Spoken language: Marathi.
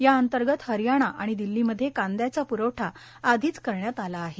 या अंतर्गत हरयाणा आणि दिल्लीमध्ये कांद्याचा प्रवठा आधीच करण्यात आला आहे